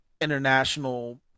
international